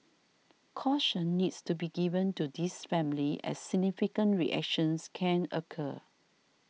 caution needs to be given to these families as significant reactions can occur